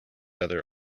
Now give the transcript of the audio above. other